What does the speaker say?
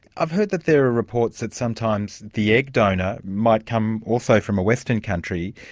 i've heard that there are reports that sometimes the egg donor might come also from a western country,